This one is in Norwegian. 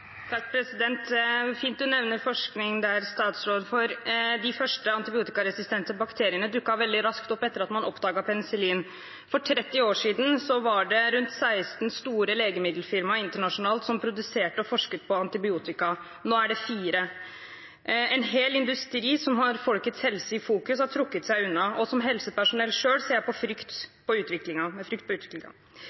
fint at statsråden nevner forskning, for de første antibiotikaresistente bakteriene dukket opp veldig raskt etter at man oppdaget penicillin. For 30 år siden var det rundt 16 store legemiddelfirma internasjonalt som produserte og forsket på antibiotika – nå er det 4. En hel industri som har folkets helse i fokus, har trukket seg unna, og som helsepersonell selv ser jeg med frykt på